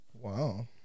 Wow